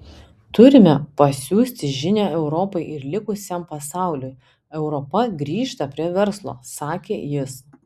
turime pasiųsti žinią europai ir likusiam pasauliui europa grįžta prie verslo sakė jis